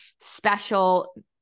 special